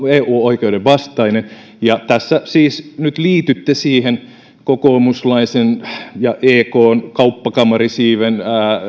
eu oikeuden vastainen tässä siis nyt liitytte siihen kokoomuslaisen ja ekn kauppakamarisiiven